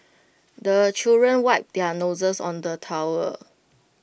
the children wipe their noses on the towel